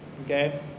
Okay